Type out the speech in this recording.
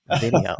video